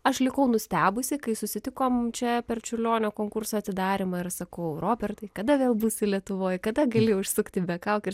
aš likau nustebusi kai susitikom čia per čiurlionio konkurso atidarymą ir sakau robertai kada vėl būsi lietuvoj kada gali užsukt į be kaukių ir